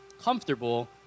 comfortable